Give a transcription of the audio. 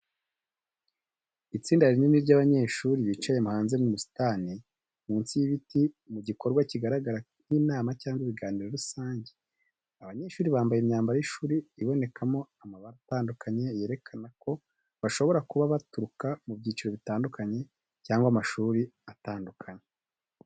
Itsinda rinini ry’abanyeshuri bicaye hanze mu busitani, munsi y’ibiti mu gikorwa kigaragara nk’inama cyangwa ibiganiro rusange. Abanyeshuri bambaye imyambaro y’ishuri iboneka mo amabara atandukanye yerekana ko bashobora kuba baturuka mu byiciro bitandukanye cyangwa amashuri atandukanye.